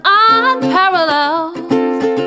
unparalleled